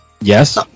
Yes